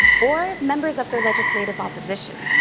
or members of their legislative opposition.